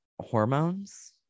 Hormones